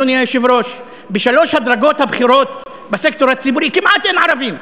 אדוני היושב-ראש: בשלוש הדרגות הבכירות בסקטור הציבורי כמעט אין ערבים.